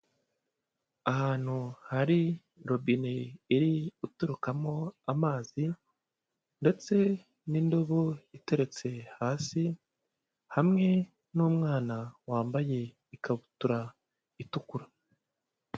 Ahantu hari robine iri guturukamo amazi ndetse n'indobo iteretse hasi hamwe n'umwana wambaye ikabutura itukura.